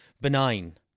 benign